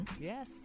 Yes